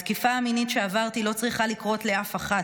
התקיפה המינית שעברתי לא צריכה לקרות לאף אחת.